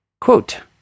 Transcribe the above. quote